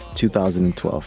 2012